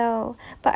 but I